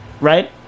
Right